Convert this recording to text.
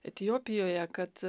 etiopijoje kad